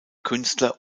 künstler